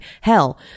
Hell